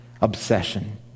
obsession